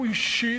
הוא אישית,